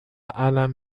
اَلَم